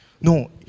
No